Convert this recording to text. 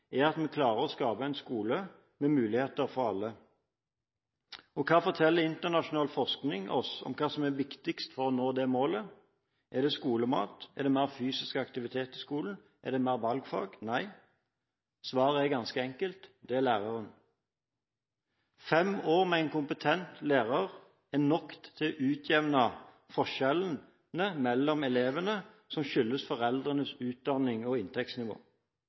er at vi klarer å skape en skole med muligheter for alle. Hva forteller internasjonal forskning oss om hva som er viktigst for å nå det målet? Er det skolemat, er det mer fysisk aktivitet i skolen, er det mer valgfag? Nei – svaret er ganske enkelt: Det er læreren. Fem år med en kompetent lærer er nok til å utjevne forskjellene mellom elevene som skyldes foreldrenes utdannings- og inntektsnivå.